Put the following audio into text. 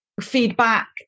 Feedback